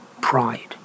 pride